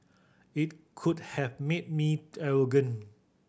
it could have made me arrogant